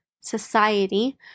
society